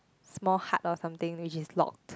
small hut or something which is locked